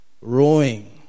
rowing